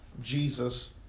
Jesus